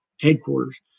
headquarters